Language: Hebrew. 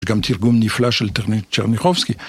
גם תרגום נפלא של צ'רניחובסקי